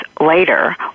later